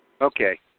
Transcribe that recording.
Okay